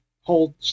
hold